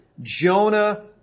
Jonah